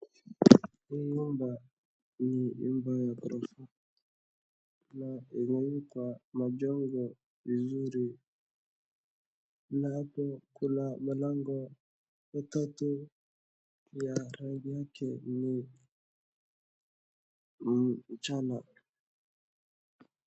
Hii nyumba ni nyumba ya ghorofa, na imewekwa majengo vizuri na hapo kuna malango matatu na rangi yake ni mchana.